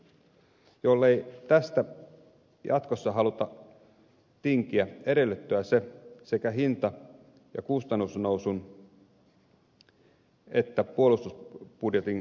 jollei tästä jatkossa haluta tinkiä edellyttää se sekä hinta ja kustannusnousun huomioon ottamista että puolustusbudjetin korottamista